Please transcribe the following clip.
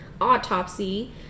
autopsy